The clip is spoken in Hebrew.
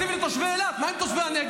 אתה מביא תקציב לתושבי אילת, מה עם תושבי הנגב?